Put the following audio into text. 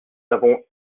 avons